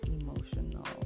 emotional